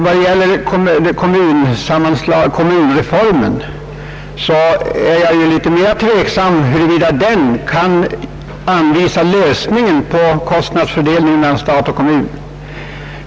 Vad beträffar kommunindelningsreformen är jag mera tveksam huruvida den kan anvisa lösningen på frågan om kostnadsfördelningen mellan stat och kommun.